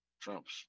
Trump's